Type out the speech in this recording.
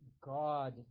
God